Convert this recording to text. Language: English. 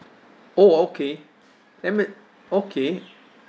oh okay that mean okay